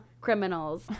criminals